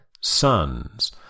Sons